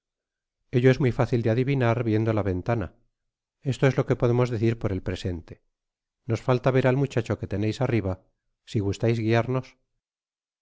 es muy fácil de adivinar viendo la ventana fsto es lo que podemos decir por el presente nos falta ver al muchacho que teneis arriba si gustais guiarnos